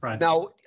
Now